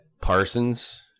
parsons